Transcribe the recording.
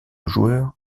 joueur